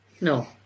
No